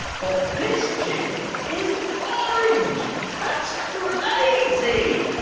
but this chin is orange. that's crazy.